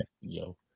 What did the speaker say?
yo